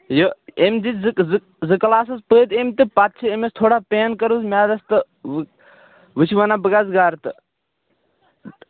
یہِ أمۍ دِتۍ زٕ زٕ زٕ کلاس حظ پٔرۍ أمۍ تہٕ پَتہٕ چھِ أمِس تھوڑا پین کٔرمٕژ معیادس تٕہ وۅنۍ چھُ وَنان بہٕ گژھٕ گرٕ تہٕ